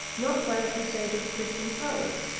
not by a crusade of the christian powers,